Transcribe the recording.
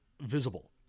visible